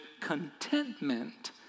contentment